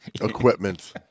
equipment